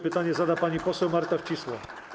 Pytanie zada pani poseł Marta Wcisło.